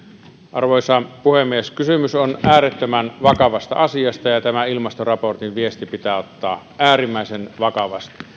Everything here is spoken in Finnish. arvoisa puhemies kysymys on äärettömän vakavasta asiasta ja tämä ilmastoraportin viesti pitää ottaa äärimmäisen vakavasti niitten toimien